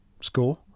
score